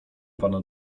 pana